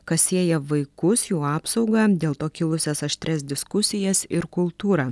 kas sieja vaikus jų apsaugą dėl to kilusias aštrias diskusijas ir kultūrą